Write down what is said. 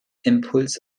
impuls